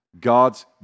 God's